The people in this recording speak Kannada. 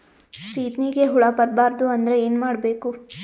ಸೀತ್ನಿಗೆ ಹುಳ ಬರ್ಬಾರ್ದು ಅಂದ್ರ ಏನ್ ಮಾಡಬೇಕು?